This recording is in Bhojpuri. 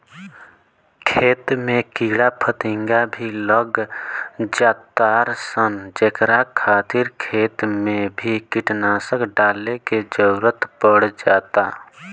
खेत में कीड़ा फतिंगा भी लाग जातार सन जेकरा खातिर खेत मे भी कीटनाशक डाले के जरुरत पड़ जाता